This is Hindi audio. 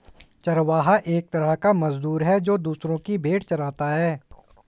चरवाहा एक तरह का मजदूर है, जो दूसरो की भेंड़ चराता है